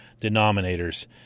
denominators